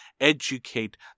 educate